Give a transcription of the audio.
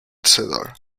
cedar